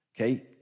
Okay